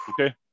Okay